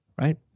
Right